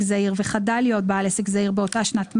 זעיר וחדל להיות בעל עסק זעיר באותה שנת מס,